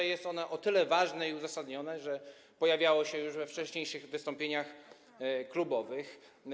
To jest na tyle ważne i uzasadnione, że pojawiało się już we wcześniejszych wystąpieniach klubowych.